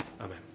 Amen